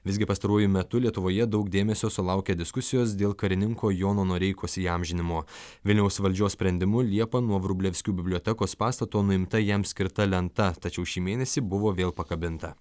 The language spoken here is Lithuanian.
visgi pastaruoju metu lietuvoje daug dėmesio sulaukė diskusijos dėl karininko jono noreikos įamžinimo vilniaus valdžios sprendimu liepą nuo vrublevskių bibliotekos pastato nuimta jam skirta lenta tačiau šį mėnesį buvo vėl pakabinta